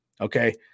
Okay